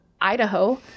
Idaho